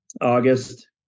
August